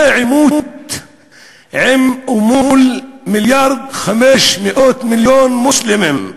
זה עימות מול מיליארד ו-500 מיליון מוסלמים.